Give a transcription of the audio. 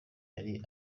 yari